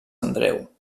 andreu